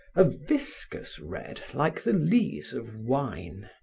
a viscous red like the lees of wine.